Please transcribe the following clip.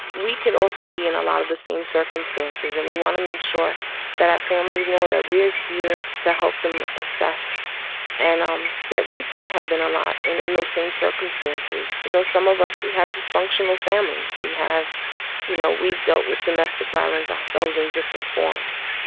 we could also be in a lot of the same circumstances. and we want to make sure that our families know that we are here to help them assess and, um, that we, too, have been a lot in in those same circumstances. you know, some of us, we have dysfunctional families. we have you know, we've dealt with domestic violence ourselves in different forms.